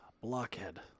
blockhead